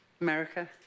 America